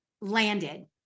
landed